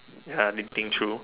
ya didn't think through